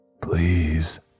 Please